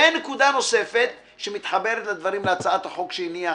ונקודה נוספת שמתחברת להצעת החוק שהניח